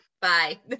bye